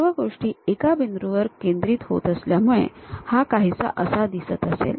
सर्व गोष्टी या एका बिंदूवर केंद्रित होत असल्यामुळे हा काहीसा असा दिसत असेल